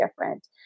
different